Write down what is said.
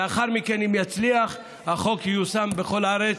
לאחר מכן, אם יצליח, החוק ייושם בכל הארץ.